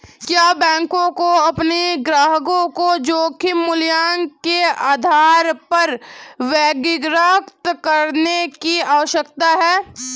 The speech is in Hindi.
क्या बैंकों को अपने ग्राहकों को जोखिम मूल्यांकन के आधार पर वर्गीकृत करने की आवश्यकता है?